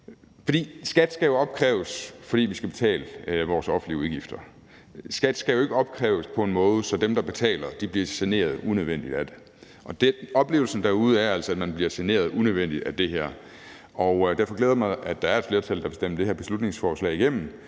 skat skal jo opkræves, fordi vi skal betale vores offentlige udgifter; skat skal jo ikke opkræves på en måde, så dem, der betaler, bliver generet unødvendigt af det. Og oplevelsen derude er altså, at man bliver generet unødvendigt af det her. Derfor glæder det mig, at der er et flertal, der vil stemme det her beslutningsforslag igennem,